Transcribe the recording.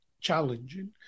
challenging